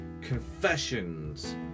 confessions